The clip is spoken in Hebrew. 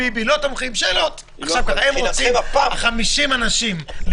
כרגע היא לא חלה ולכן אנחנו מעדיפים פחות אנשים על פני יותר מוקדים.